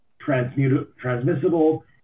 transmissible